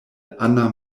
anna